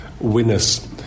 winners